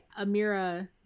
Amira